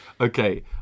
Okay